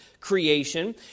creation